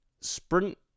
Sprint